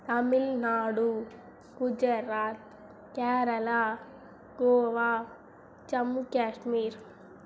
Tamil Nadu Gujarat Kerala Goa Jammu Kashmir